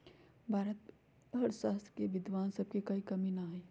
भारत में अर्थशास्त्र के विद्वान सब के कोई कमी न हई